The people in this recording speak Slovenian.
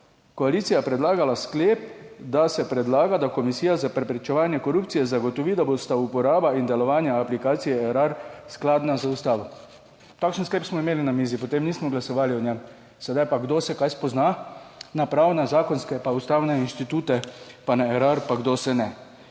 koalicija predlagala sklep, da se predlaga, da Komisija za preprečevanje korupcije zagotovi, da bosta uporaba in delovanje aplikacije Erar skladna z Ustavo. Takšen sklep smo imeli na mizi, potem nismo glasovali o njem. Sedaj pa kdo se kaj spozna na pravne, na zakonske pa ustavne institute pa na Erar pa kdo se ne?